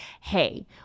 hey